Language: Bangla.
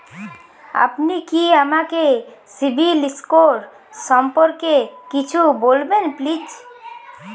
আপনি কি আমাকে সিবিল স্কোর সম্পর্কে কিছু বলবেন প্লিজ?